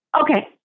Okay